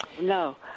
No